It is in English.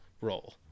role